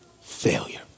Failure